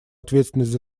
ответственность